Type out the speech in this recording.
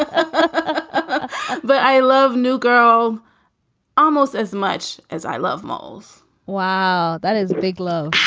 ah ah but i love new girl almost as much as i love moles wow. that is big love